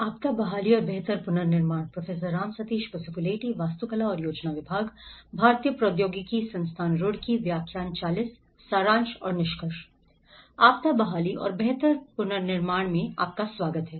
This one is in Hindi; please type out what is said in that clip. आपदा बहाली और बेहतर पुनर्निर्माण में आपका स्वागत है